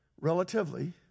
Relatively